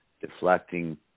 deflecting